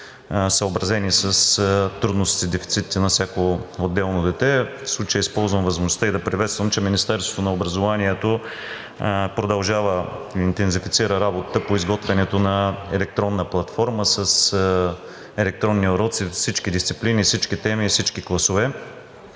съобразени с трудностите и дефицитите на всяко отделно дете. В случая използвам възможността и да приветствам, че Министерството на образованието продължава да интензифицира работата по изготвянето на електронна платформа с електронни уроци – всички дисциплини, всички теми и всички класове